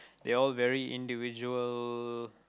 they all very individual